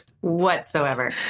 whatsoever